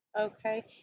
Okay